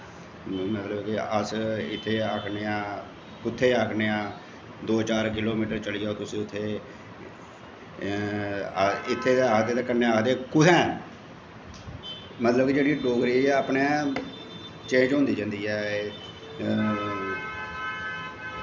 मतलब कि अस इत्थै आखने आं कुत्थे आखनें आं दो चार किलो मीटर चली जाओ तुस उत्थें इत्थै ते आखदे कन्नै आखदे कुथैं मतलब कि जेह्ड़ी डोगरी ऐ अपना चेंज़ होंदी जंदी ऐ एह्